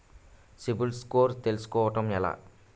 CIBIL score తెల్సుకోటం ఎలా?